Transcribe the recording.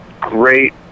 great